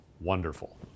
Wonderful